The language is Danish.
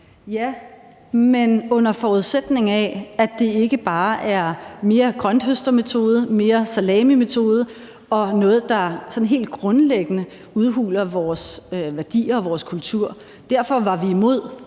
det er, under forudsætning af at det ikke bare er mere grønthøstermetode, mere salamimetode og noget, der sådan helt grundlæggende udhuler vores værdier og kultur. Derfor var vi imod